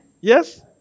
Yes